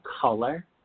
color